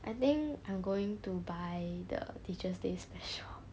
I think I'm going to buy the teacher's day special